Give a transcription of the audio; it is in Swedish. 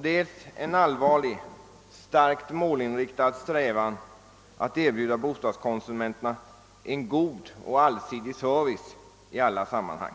dels en allvarlig, starkt målinriktad strävan att erbjuda bostadskonsumenterna en god och allsidig service i alla sammanhang.